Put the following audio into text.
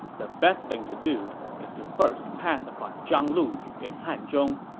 the best thing to do is to first pacify zhang lu in hanzhong,